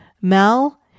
Mel